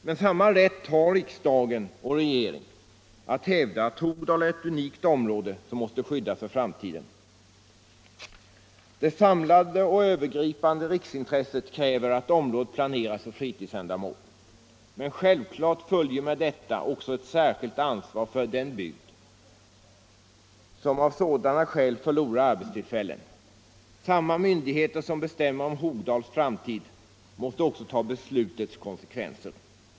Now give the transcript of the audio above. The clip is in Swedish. Men samma rätt har riksdag och regering att hävda att Hogdal är ett unikt område som måste skyddas för framtiden. Det samlade och övergripande riksintresset kräver att området planeras för fritidsändamål, men självklart följer med detta också ett särskilt ansvar för den bygd som av sådana skäl förlorar arbetstillfällen. Samma myndigheter som bestämmer om Hogdals framtid måste också ta beslutets konsekvenser.